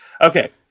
Okay